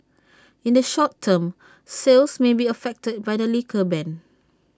in the short term sales may be affected by the liquor ban